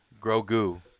Grogu